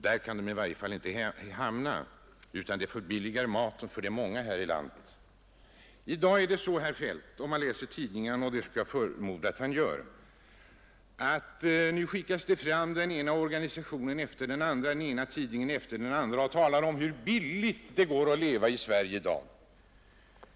Där kan de alltså inte hamna, utan de förbilligar maten för de många i landet. Om herr Feldt läser tidningarna, och det förmodar jag att han gör, finner han att den ena organisationen efter den andra, den ena tidningen efter den andra, talar om hur billigt det går att leva i Sverige i dag.